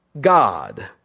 God